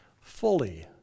fully